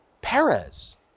Perez